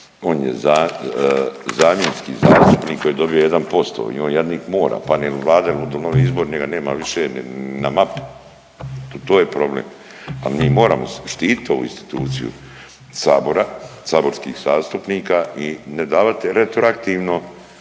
on je zamjenski zastupnik koji je dobio 1% i on jadnik mora …/Govornik se ne razumije./…njega nema više na mapi i to je problem, al mi moramo štitit ovu instituciju sabora, saborskih zastupnika i ne davati retroaktivno